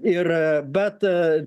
ir bet